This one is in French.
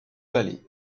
palais